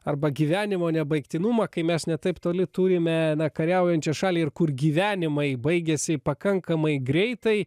arba gyvenimo nebaigtinumą kai mes ne taip toli turime kariaujančią šalį ir kur gyvenimai baigiasi pakankamai greitai